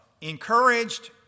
encouraged